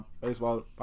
baseball